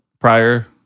prior